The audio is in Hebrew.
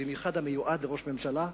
במיוחד המיועד לראש הממשלה,